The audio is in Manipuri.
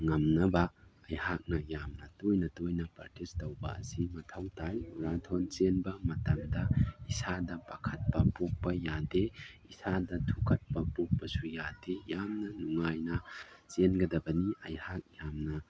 ꯉꯝꯅꯕ ꯑꯩꯍꯥꯛꯅ ꯌꯥꯝꯅ ꯇꯣꯏꯅ ꯇꯣꯏꯅ ꯄ꯭ꯔꯥꯛꯇꯤꯁ ꯇꯧꯕ ꯑꯁꯤ ꯃꯊꯧ ꯇꯥꯏ ꯃꯔꯥꯊꯣꯟ ꯆꯦꯟꯕ ꯃꯇꯝꯗ ꯏꯁꯥꯗ ꯄꯥꯈꯠꯄ ꯄꯣꯛꯄ ꯌꯥꯗꯦ ꯏꯁꯥꯗ ꯊꯨꯛꯀꯠꯄ ꯄꯣꯛꯄꯁꯨ ꯌꯥꯗꯦ ꯌꯥꯝꯅ ꯅꯨꯡꯉꯥꯏꯅ ꯆꯦꯟꯒꯗꯕꯅꯤ ꯑꯩꯍꯥꯛ ꯌꯥꯝꯅ